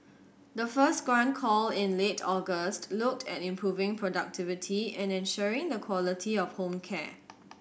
the first grant call in late August looked at improving productivity and ensuring the quality of home care